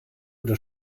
oder